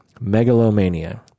megalomania